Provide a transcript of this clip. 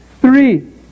Three